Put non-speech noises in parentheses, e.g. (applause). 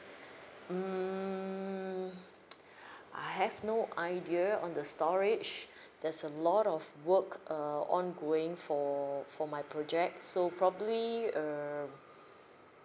mm (noise) (breath) I have no idea on the storage there's a lot of work err ongoing for for my project so probably err